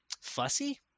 fussy